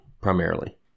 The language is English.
primarily